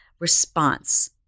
response